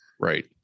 Right